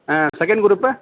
ah second group